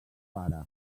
pare